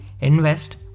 Invest